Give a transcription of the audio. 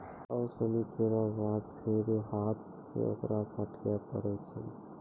ओसौनी केरो बाद फेरु हाथ सें ओकरा फटके परै छै